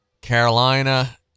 Carolina